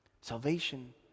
Salvation